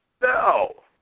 no